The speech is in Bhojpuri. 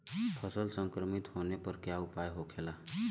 फसल संक्रमित होने पर क्या उपाय होखेला?